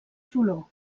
dolor